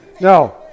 no